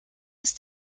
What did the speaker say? ist